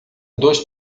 dois